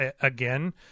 again